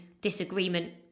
disagreement